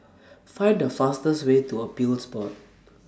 Find The fastest Way to Appeals Board